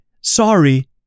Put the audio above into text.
Sorry